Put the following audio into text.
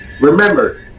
Remember